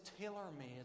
tailor-made